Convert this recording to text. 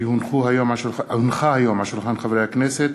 כי הונחו היום על שולחן הכנסת,